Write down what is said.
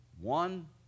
one